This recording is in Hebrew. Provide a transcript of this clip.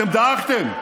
אתם דאגתם.